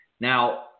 Now